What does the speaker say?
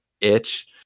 itch